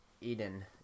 eden